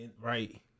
right